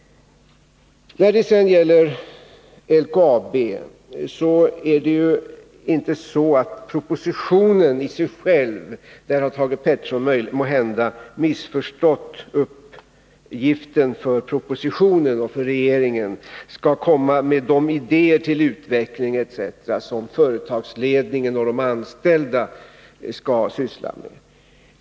När det gäller LKAB vill jag säga att propositionen — där har Thage Peterson måhända missförstått uppgiften för regeringen — inte skall komma med idéer till utveckling etc. ; det skall företagsledningen och de anställda göra.